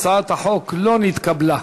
הצעת החוק לא נתקבלה.